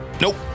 Nope